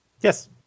Yes